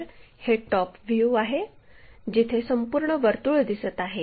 तर हे top view आहे जिथे संपूर्ण वर्तुळ दिसत आहे